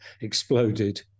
exploded